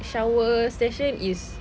shower session is